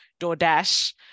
doordash